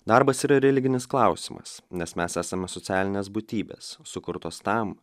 darbas yra religinis klausimas nes mes esam socialinės būtybės sukurtos tam